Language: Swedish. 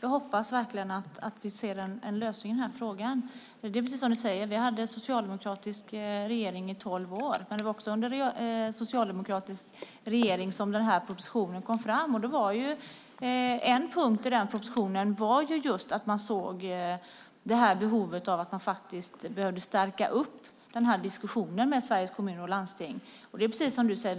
Jag hoppas verkligen att vi ser en lösning i den här frågan. Det är precis som du säger. Vi hade en socialdemokratisk regering i tolv år, men det var också under socialdemokratisk regering som den här propositionen kom fram. En punkt i den propositionen var just att man såg behovet av att stärka upp diskussionen med Sveriges Kommuner och Landsting. Det är precis som du säger.